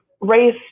race